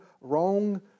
wrong